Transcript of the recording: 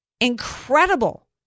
incredible